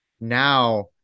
Now